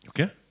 Okay